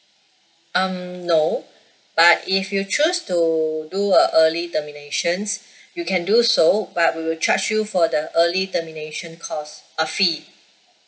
um no but if you choose so do a early terminations you can do so but we will charge you for the early termination cost uh fee